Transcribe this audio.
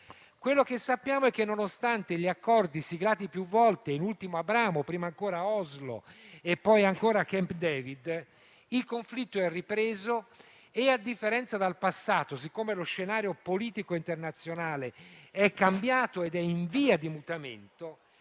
Quello che sappiamo è che, nonostante gli accordi siglati più volte, in ultimo gli Accordi di Abramo, prima ancora quelli di Oslo e poi di Camp David, il conflitto è ripreso. A differenza del passato, poiché lo scenario politico internazionale è cambiato ed è in via di mutamento,